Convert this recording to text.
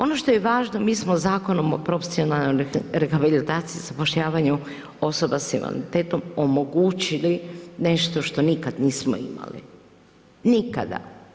Ono što je važno, mi smo Zakonom o profesionalnoj rehabilitaciji i zapošljavanju osoba s invaliditetom omogućili nešto što nikad nismo imali, nikada.